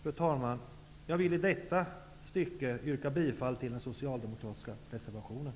Fru talman! Jag vill i detta stycke yrka bifall till den socialdemokratiska reservationen.